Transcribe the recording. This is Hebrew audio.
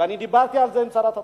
ואני דיברתי על זה עם שרת התרבות.